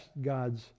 God's